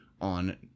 on